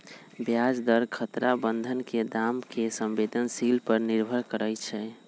ब्याज दर खतरा बन्धन के दाम के संवेदनशील पर निर्भर करइ छै